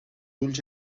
ulls